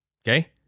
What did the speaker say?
Okay